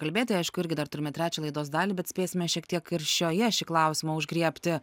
kalbėti aišku irgi dar turime trečią laidos dalį bet spėsime šiek tiek ir šioje šį klausimą užgriebti